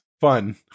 fun